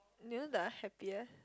you know the happier